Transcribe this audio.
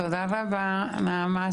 תודה רבה, נעמה.